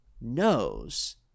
knows